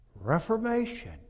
Reformation